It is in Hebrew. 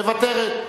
מוותרת.